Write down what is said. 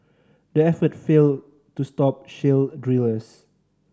the effort failed to stop shale drillers